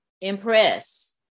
impress